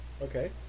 Okay